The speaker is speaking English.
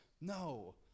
No